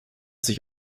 sich